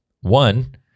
one